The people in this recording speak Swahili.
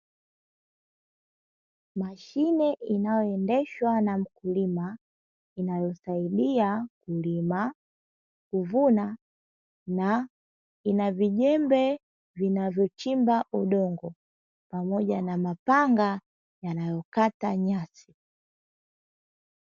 Mashine inayoendeshwa na mkulima inayosaidia kulima, kuvuna na ina vijembe vinavyo chimba udongo, pamoja na mapanga yanayokata nyasi.